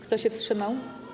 Kto się wstrzymał?